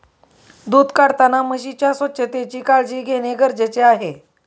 दूध काढताना म्हशीच्या स्वच्छतेची काळजी घेणे गरजेचे आहे